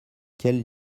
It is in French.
quelle